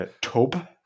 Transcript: Tub